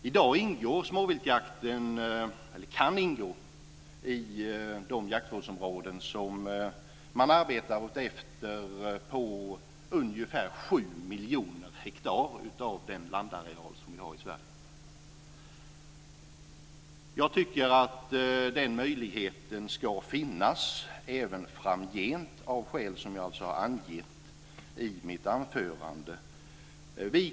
I dag kan småviltjakten ingå i de jaktvårdsområden som man arbetar utefter - ungefär 7 miljoner hektar av Sveriges landareal. Jag tycker att den möjligheten ska finnas även framgent, av skäl som jag angett i mitt anförande.